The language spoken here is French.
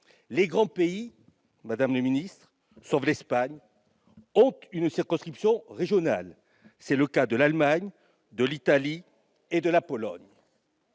les grands pays, sauf l'Espagne, ont une circonscription régionale. C'est le cas de l'Allemagne, de l'Italie et de la Pologne.